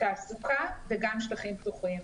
תעסוקה וגם שטחים פתוחים.